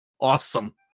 awesome